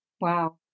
Wow